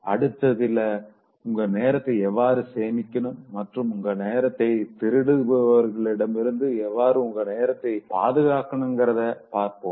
அடுத்ததில உங்க நேரத்த எவ்வாறு சேமிக்கனும் மற்றும் உங்க நேரத்த திருடுபவர்களிடமிருந்து எவ்வாறு உங்க நேரத்த பாதுகாக்கணுங்கிறத பார்ப்போம்